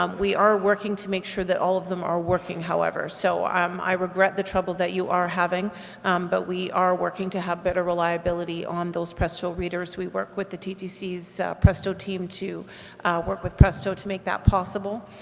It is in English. um we are working to make sure that all of them are working however. so um i regret the trouble that you are having but we are working to have better reliability on those presto readers, we work with the ttc's presto team to work with presto to make that possible.